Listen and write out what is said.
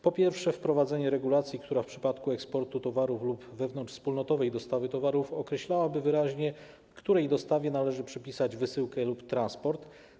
Po pierwsze, wprowadzenie regulacji, która w przypadku eksportu towarów lub wewnątrzwspólnotowej dostawy towarów określałaby wyraźnie, której dostawie należy przypisać wysyłkę lub transport.